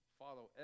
follow